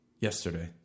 yesterday